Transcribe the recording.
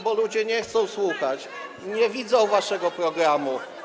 Bo ludzie nie chcą słuchać, nie widzą waszego programu.